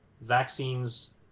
vaccines